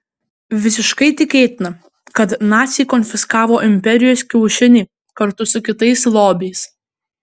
visiškai tikėtina kad naciai konfiskavo imperijos kiaušinį kartu su kitais lobiais